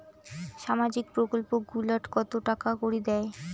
সামাজিক প্রকল্প গুলাট কত টাকা করি দেয়?